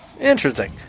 Interesting